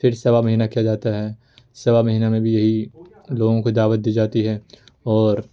پھر سوا مہینہ کیا جاتا ہے سوا مہینہ میں بھی یہی لوگوں کو دعوت دی جاتی ہے اور